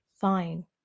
fine